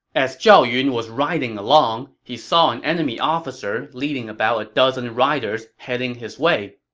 as zhao yun was riding along, he saw an enemy officer leading about a dozen riders heading his way.